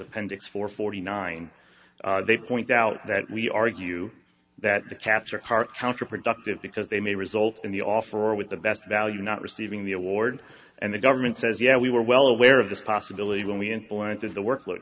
appendix for forty nine they point out that we argue that the capture card counterproductive because they may result in the offer with the best value not receiving the award and the government says yeah we were well aware of this possibility when we implemented the work lo